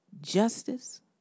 justice